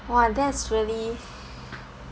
!wah! that's really